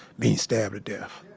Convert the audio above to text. being stabbed to death,